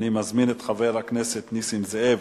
מוסיף לפרוטוקול, כמובן, את חבר הכנסת טלב אלסאנע